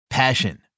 Passion